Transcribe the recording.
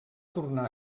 tornar